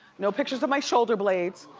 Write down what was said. no pictures of my shoulder blades.